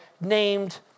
named